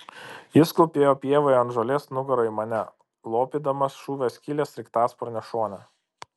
jis klūpėjo pievoje ant žolės nugara į mane lopydamas šūvio skylę sraigtasparnio šone